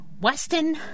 Weston